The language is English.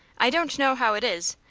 i don't know how it is,